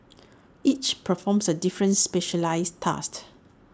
each performs A different specialised task